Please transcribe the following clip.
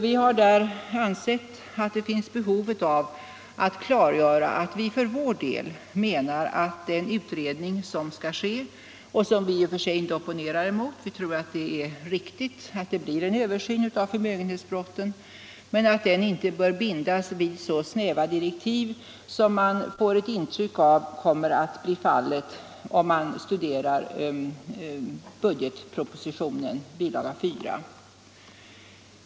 Vi har haft ett behov av att klargöra att vi för vår del menar att den utredning som skall göras och som vi inte opponerar oss mot -— vi tror att det är riktigt att den görs — inte bör bindas vid så snäva direktiv som att döma av budgetpropositionen bilaga 4 kommer att bli fallet.